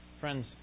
Friends